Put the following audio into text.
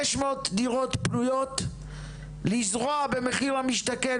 500 דירות פנויות לזרוע במחיר למשתכן,